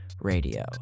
Radio